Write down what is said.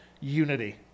unity